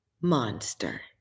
monster